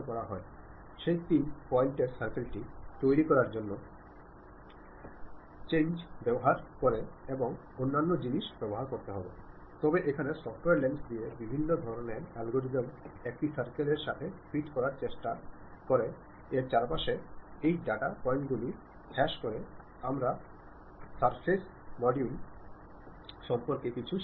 അത്തരമൊരു സാഹചര്യത്തിൽ മര്യാദയുള്ളവനായിരിക്കുക എന്നതിനർത്ഥം നിങ്ങളുടെ റിസീവറിനോട് നിങ്ങൾക്ക് ഒരു സഹതാപം ഉണ്ടായിരിക്കണം എന്നാണ് ആശയവിനിമയം ഫലപ്രദമാക്കുന്നതിന് അത് പരമപ്രധാനമാണ് സ്വീകർത്താവിന്റെ പശ്ചാത്തലവും അറിവും കണക്കിലെടുക്കേണ്ടതുണ്ട്